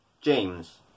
James